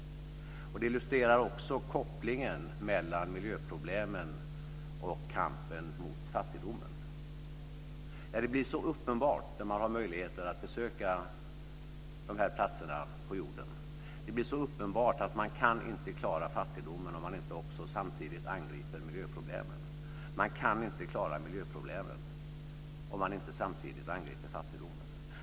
Det illustrerar också kopplingen mellan miljöproblemen och kampen mot fattigdomen. Det blir så uppenbart, när man har möjlighet att besöka de här platserna på jorden, att man inte kan klara fattigdomen om man inte samtidigt angriper miljöproblemen, och att man inte kan klara miljöproblemen om man inte samtidigt angriper fattigdomen.